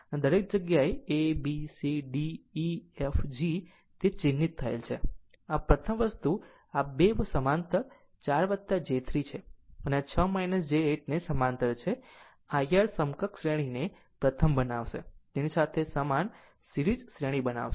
આમ દરેક જગ્યાએ a b c d e f g તે ચિહ્નિત થયેલ છે અને પ્રથમ વસ્તુ આ 2 સમાંતર 4 j 3 અને 6 છે j 8 તે સમાંતર છે IR સમકક્ષ શ્રેણીને પ્રથમ બનાવશે તેની એક સાથે સમાન સિરીઝ શ્રેણી બનાવો